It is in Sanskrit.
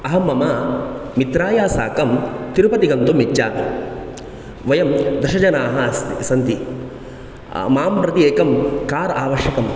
अहं मम मित्राय साकं तिरुपति गन्तुम् इच्छामि वयं दशजनाः स सन्ति मां प्रति एकं कार् आवश्यकं